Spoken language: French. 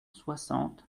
soixante